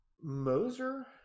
Moser